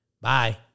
Bye